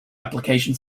application